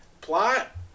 Plot